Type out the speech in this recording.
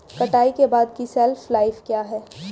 कटाई के बाद की शेल्फ लाइफ क्या है?